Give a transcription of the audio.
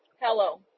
Hello